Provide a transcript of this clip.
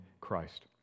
christ